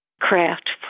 craft